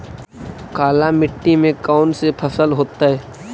काला मिट्टी में कौन से फसल होतै?